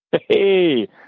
Hey